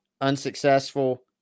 unsuccessful